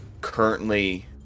currently